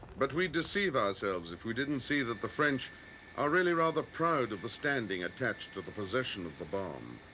but we'd deceive ourselves if we didn't see that the french are really rather proud of the standing attached to the possession of the bomb.